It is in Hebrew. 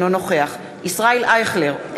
אינו נוכח ישראל אייכלר,